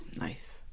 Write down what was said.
Nice